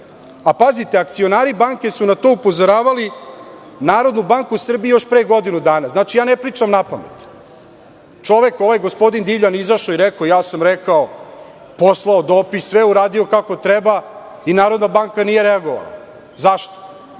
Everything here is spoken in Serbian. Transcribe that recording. u banci, a akcionari banke su na to upozoravali NBS još pre godinu dana? Znači, ja ne pričam napamet. Čovek, ovaj gospodin Divljan, izašao je i rekao – ja sam rekao, poslao dopis, sve uradio kako treba i Narodna banka nije reagovala. Zašto?